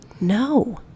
no